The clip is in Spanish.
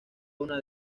una